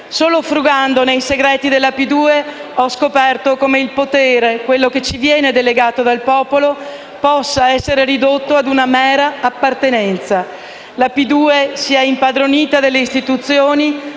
Solo frugando nei segreti della P2 ho scoperto come il potere, quello che ci viene delegato dal popolo, possa essere ridotto a una mera appartenenza. La P2 si è impadronita delle istituzioni,